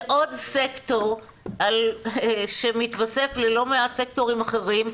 זה עוד סקטור שמתווסף ללא מעט סקטורים אחרים,